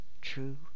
true